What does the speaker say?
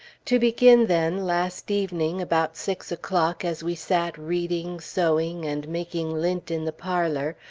to begin, then, last evening, about six o'clock, as we sat reading, sewing, and making lint in the parlor,